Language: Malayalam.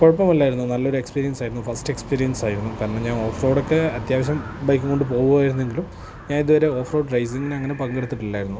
കുഴപ്പമില്ലായിരുന്നു നല്ല ഒരു എക്സ്പീരിയൻസ് ആയിരുന്നു ഫസ്റ്റ് എക്സ്പീരിയൻസ് ആയിരുന്നു കാരണം ഞാൻ ഓഫ് റോഡൊക്കെ അത്യാവശ്യം ബൈക്കും കൊണ്ട് പോവുമായിരുന്നങ്കിലും ഞാൻ ഇതുവരെ ഓഫ് റോഡ് റേസിങ്ങിന് അങ്ങനെ പങ്കെടുത്തിട്ടില്ലായിരുന്നു